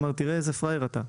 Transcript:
אמר לו: "תראה איזה פראייר אתה,